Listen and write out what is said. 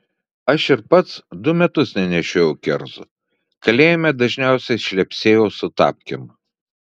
aš ir pats du metus nenešiojau kerzų kalėjime dažniausiai šlepsėjau su tapkėm